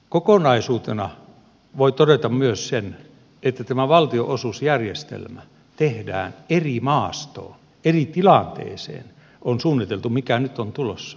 kokonaisuutena voi todeta myös sen että tämä valtionosuusjärjestelmä on suunniteltu eri maastoon eri tilanteeseen kuin siihen mikä nyt on tulossa